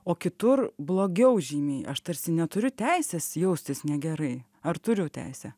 o kitur blogiau žymiai aš tarsi neturiu teisės jaustis negerai ar turiu teisę